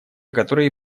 которые